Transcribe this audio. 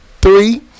Three